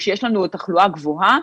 כשיש לנו תחלואה גבוהה: